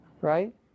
Right